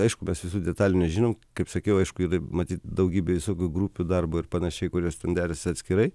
aišku mes visų detalių nežinom kaip sakiau aišku yra matyt daugybė visokių grupių darbo ir panašiai kurios derasi atskirai